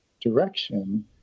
direction